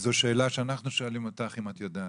זו שאלה שאנחנו שואלים אותך אם את יודעת?